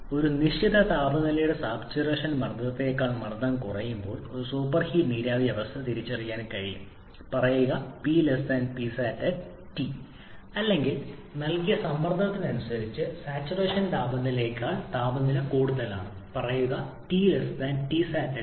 അതിനാൽ ഒരു നിശ്ചിത താപനിലയുടെ സാച്ചുറേഷൻ മർദ്ദത്തേക്കാൾ മർദ്ദം കുറയുമ്പോൾ ഒരു സൂപ്പർഹീഡ് നീരാവി അവസ്ഥ തിരിച്ചറിയാൻ കഴിയും പറയുക P Psat അല്ലെങ്കിൽ നൽകിയ സമ്മർദ്ദത്തിന് അനുസരിച്ച് സാച്ചുറേഷൻ താപനിലയേക്കാൾ താപനില കൂടുതലാണ് പറയുക T Tsat